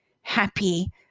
happy